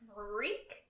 freak